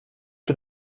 for